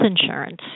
insurance